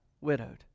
widowed